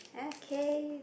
okay